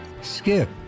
Skip